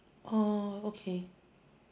oh okay